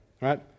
right